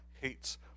hates